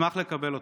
אשמח לקבל אותה.